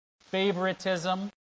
favoritism